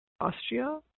Austria